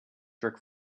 jerk